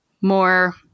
more